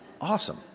awesome